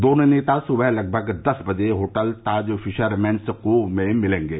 दोनों नेता सुबह लगभग दस बजे hotel Taj fisherman's cove में मिलेंगे